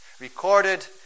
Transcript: recorded